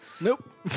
Nope